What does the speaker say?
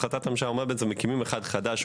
החלטת הממשלה הייתה שמקימים אחד חדש,